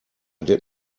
did